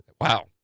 wow